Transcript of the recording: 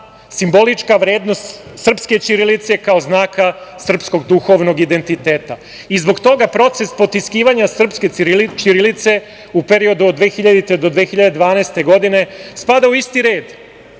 simbolička vrednost srpske ćirilice kao znaka srpskog duhovnog identiteta. Zbog toga proces potiskivanja srpske ćirilice u periodu od 2000. godine do 2012. godine spada u isti red